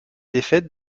défaite